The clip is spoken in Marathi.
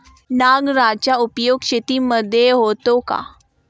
नांगराचा उपयोग शेतीमध्ये होतो का?